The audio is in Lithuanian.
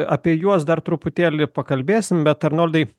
apie juos dar truputėlį pakalbėsim bet arnoldai